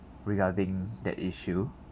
regarding that issue